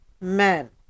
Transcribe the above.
men